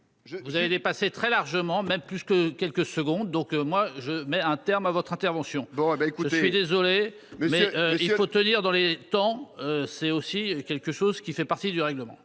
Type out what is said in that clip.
Vous avez dépassé très largement, même plus que quelques secondes. Donc moi je mets un terme à votre intervention. Bon ben écoute je suis désolé mais mais il faut tenir dans les temps, c'est aussi quelque chose qui fait partie du règlement.